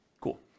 Cool